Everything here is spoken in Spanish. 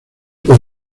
por